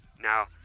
now